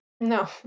No